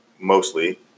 mostly